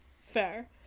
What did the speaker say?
Fair